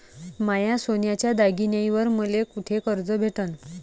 माया सोन्याच्या दागिन्यांइवर मले कुठे कर्ज भेटन?